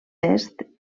est